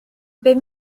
bum